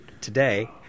today